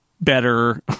better